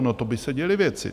No, to by se děly věci!